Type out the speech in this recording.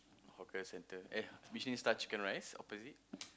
hawker center eh Michelin-Star Chicken-Rice opposite